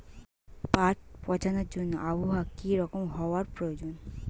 পাট পচানোর জন্য আবহাওয়া কী রকম হওয়ার প্রয়োজন?